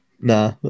nah